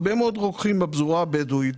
הרבה מאוד רוקחים בפזורה הבדואית,